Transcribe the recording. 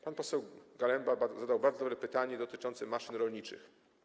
Pan poseł Galemba zadał bardzo dobre pytanie dotyczące maszyn rolniczych.